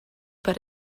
but